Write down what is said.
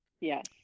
Yes